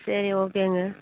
சரி ஓகேங்க